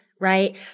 Right